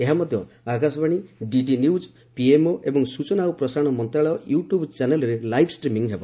ଏହା ମଧ୍ୟ Akashvani DD news PMO ଏବଂ ସ୍କୁଚନା ଓ ପ୍ରସାରଣ ମନ୍ତ୍ରଣାଳୟ ୟୁଟ୍ୟୁବ୍ ଚ୍ୟାନେଲ୍ରେ ଲାଇଭ୍ ଷ୍ଟ୍ରିମିଂ ହେବ